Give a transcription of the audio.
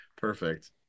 perfect